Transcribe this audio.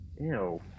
Ew